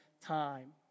time